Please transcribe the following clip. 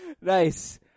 Nice